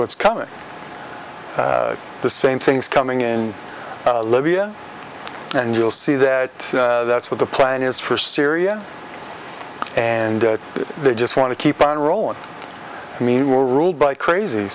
what's coming the same things coming in libya and you'll see that that's what the plan is for syria and they just want to keep on rolling i mean were ruled by craz